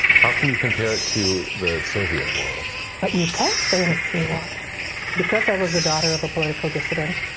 how can you compare it to the soviet world but you can't say anything you want because i was the daughter of a political dissident,